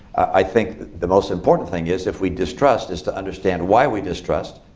i think the most important thing is, if we distrust, is to understand why we distrust,